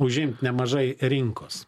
užimt nemažai rinkos